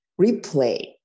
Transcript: replay